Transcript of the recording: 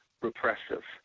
repressive